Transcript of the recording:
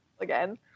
Again